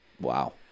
Wow